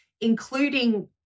including